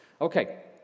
okay